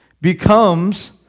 becomes